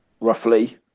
roughly